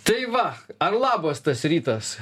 tai va ar labas tas rytas